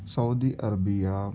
Saudi Arabia